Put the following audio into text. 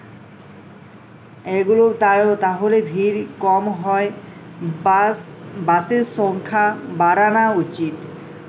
এগুলো তারও তাহলে ভিড় কম হয় বাস বাসের সংখ্যা বাড়ানো উচিত